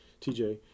TJ